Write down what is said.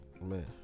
Man